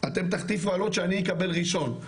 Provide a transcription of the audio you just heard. אתם תחטיפו אלות שאני אקבל ראשון.